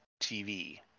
TV